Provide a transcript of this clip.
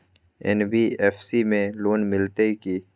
NBFC में loan मिलते की?